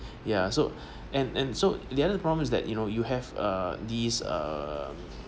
yeah so and and so the other problem is that you know you have uh these uh